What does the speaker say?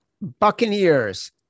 Buccaneers